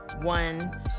one